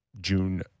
June